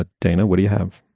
ah dana, what do you have?